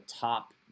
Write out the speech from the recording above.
top